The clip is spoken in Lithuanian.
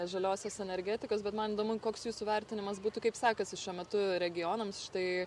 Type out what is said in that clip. žaliosios energetikos bet man įdomu koks jūsų vertinimas būtų kaip sekasi šiuo metu regionams štai